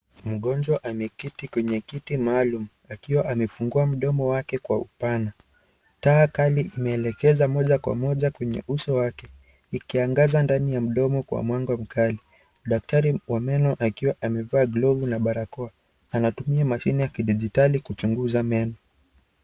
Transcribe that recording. Mgonjwa ameketi kwenye kiti maalum, akiwa amefungua mdomo wake kwa upana, taa kali imeelekeza moja kwa moja kwenye uso wake, ikiangaza ndani ya mdomo kwa mwanga mkali. Daktari wa meno akiwa amevaa glovu na barakoa, anatumia mashine ya kidijitali kuchunguza meno .